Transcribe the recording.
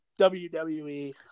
WWE